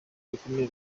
rikomeye